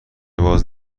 باز